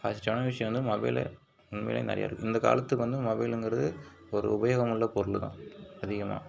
பாசிட்டிவான விஷயம் வந்து மொபைல் உண்மையிலியே நிறையா இருக்குது இந்த காலத்துக்கு வந்து மொபைலுங்கிறது ஒரு உபயோகமுள்ள பொருள் தான் அதிகமாக